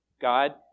God